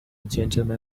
gentleman